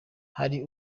hari